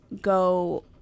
go